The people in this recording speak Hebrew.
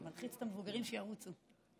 נחכה, נחכה עוד רגע, הכול בסדר.